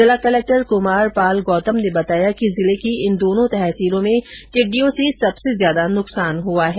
जिला कलेक्टर कमार पाल गौतम ने बताया कि जिले की इन दोनों तहसीलों में टिड़िडयों से सबसे ज्यादा नुकसान हुआ है